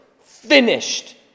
finished